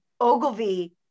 Ogilvy